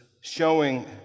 showing